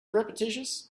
repetitious